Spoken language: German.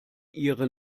ihre